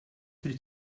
trid